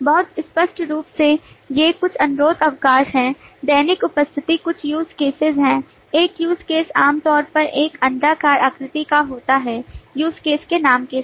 बहुत स्पष्ट रूप से ये कुछ अनुरोध अवकाश हैं दैनिक उपस्थिति कुछ use cases हैं एक use case आमतौर पर एक अंडाकार आकृति का होता है use case के नाम के साथ